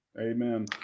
amen